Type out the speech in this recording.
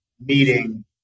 meeting